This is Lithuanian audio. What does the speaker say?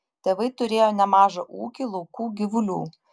tėvai turėjo nemažą ūkį laukų gyvulių